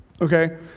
Okay